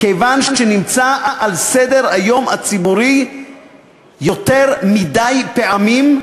כיוון שנמצא על סדר-היום הציבורי יותר מדי פעמים,